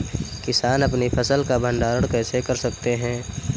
किसान अपनी फसल का भंडारण कैसे कर सकते हैं?